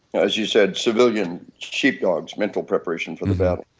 as you said, civilian sheepdogs, mental preparation for the battle